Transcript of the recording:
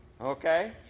Okay